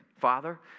Father